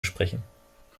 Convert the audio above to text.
sprechen